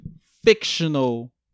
fictional